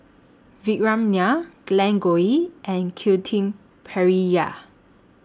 Vikram Nair Glen Goei and Quentin Pereira